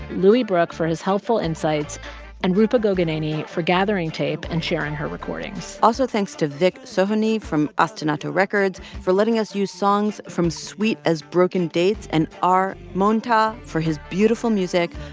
louis brooke for his helpful insights and roopa gogineni for gathering tape and sharing her recordings also thanks to vik sohonie from ostinato records for letting us use songs from sweet as broken dates and aar maanta for his beautiful music.